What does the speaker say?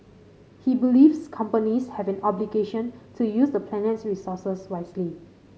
he believes companies have an obligation to use the planet's resources wisely